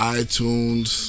iTunes